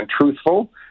truthful